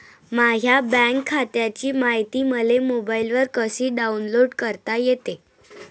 माह्या बँक खात्याची मायती मले मोबाईलवर कसी डाऊनलोड करता येते?